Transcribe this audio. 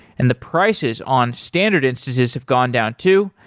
and the prices on standard instances have gone down too.